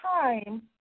time